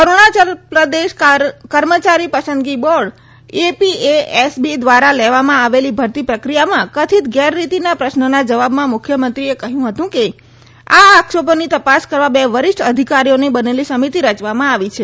અરૂણાયલ પ્રદેશ કર્મચારી પસંદગી board APSSB દ્વારા લેવામાં આવેલી ભરતી પ્રક્રિયામાં કથિત ગેરરીતિના પ્રશ્નના જવાબમાં મુખ્યમંત્રીએ કહ્યું હતું કે આ આક્ષેપોની તપાસ કરવા બે વરિષ્ઠ અધિકારીઓની બનેલી સમિતિ રયવામાં આવી છે